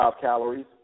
calories